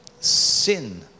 Sin